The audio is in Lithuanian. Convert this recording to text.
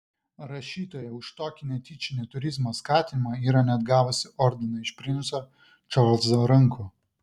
rašytoja už tokį netyčinį turizmo skatinimą yra net gavusi ordiną iš princo čarlzo rankų